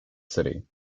city